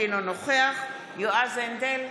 אינו נוכח יועז הנדל,